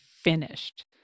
finished